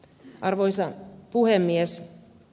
arvoisa puhemies